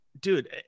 dude